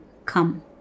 come